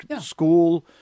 school